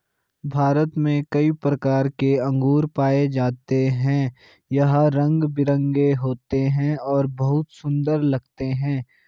भारत में कई प्रकार के अंगूर पाए जाते हैं यह रंग बिरंगे होते हैं और बहुत सुंदर लगते हैं